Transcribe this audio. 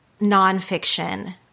nonfiction